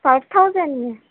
five thousand میں